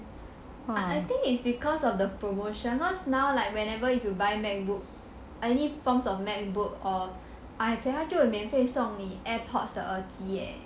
I think is because of the promotion cause now like whenever you to buy macbook any forms of macbook or ipad 他就有免费送你 airpods the 耳机 eh